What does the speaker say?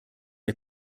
der